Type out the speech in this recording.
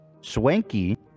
Swanky